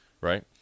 right